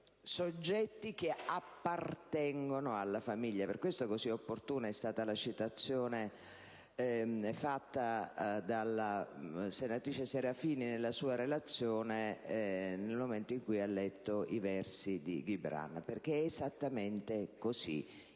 di soggetti che appartengono alla famiglia. Per questo è stata molto opportuna la citazione fatta dalla senatrice Serafini nella sua relazione nel momento in cui ha letto i versi di Gibran, perché è esattamente così: